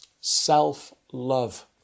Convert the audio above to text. self-love